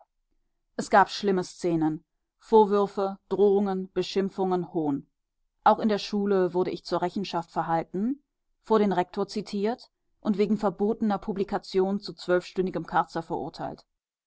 es gab schlimme szenen vorwürfe drohungen beschimpfungen hohn auch in der schule wurde ich zur rechenschaft verhalten vor den rektor zitiert und wegen verbotener publikation zu zwölfstündigem karzer verurteilt